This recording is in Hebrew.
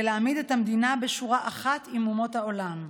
להעמיד את המדינה בשורה אחת עם אומות העולם.